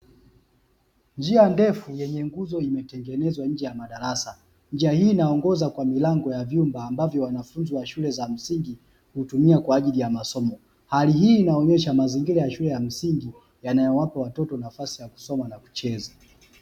Njia ndefu yenye nguzo imetengenezwa nje ya madarasa, njia hii inaongoza kwa milango ya vyumba ambavyo wanafunzi wa shule za msingi hutumia kwa ajili ya masomo. Hali hii inaonyesha mazingira ya shule ya msingi yanayowapa watoto nafasi ya kusoma na kucheza.